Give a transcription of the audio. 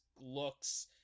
looks